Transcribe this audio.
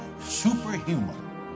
superhuman